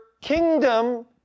kingdom